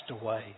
away